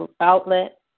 outlet